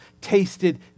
tasted